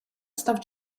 став